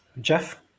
Jeff